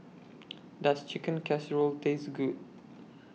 Does Chicken Casserole Taste Good